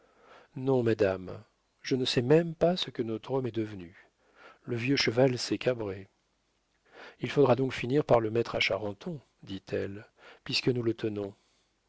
non madame je ne sais même pas ce que notre homme est devenu le vieux cheval s'est cabré il faudra donc finir par le mettre à charenton dit-elle puisque nous le tenons